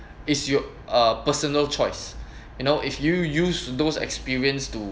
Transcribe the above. is your uh personal choice you know if you use those experience to